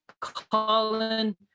colin